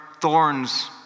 thorns